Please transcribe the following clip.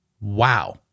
Wow